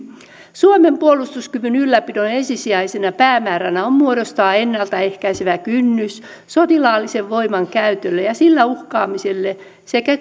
suomen puolustuskyvyn ylläpidon ensisijaisena päämääränä on muodostaa ennalta ehkäisevä kynnys sotilaallisen voiman käytölle ja sillä uhkaamiselle sekä